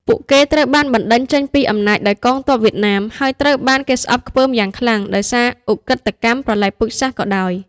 ពួកគេត្រូវបានបណ្ដេញចេញពីអំណាចដោយកងទ័ពវៀតណាម ហើយត្រូវបានគេស្អប់ខ្ពើមយ៉ាងខ្លាំងដោយសារឧក្រិដ្ឋកម្មប្រល័យពូជសាសន៍ក៏ដោយ។